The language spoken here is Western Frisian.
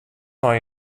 nei